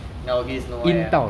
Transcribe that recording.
nowadays nowhere ah